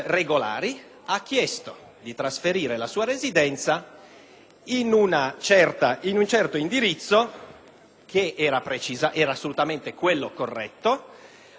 in un certo indirizzo, che era assolutamente quello corretto, all'interno dell'area urbana di Bruxelles.